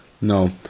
No